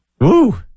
Woo